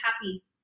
happy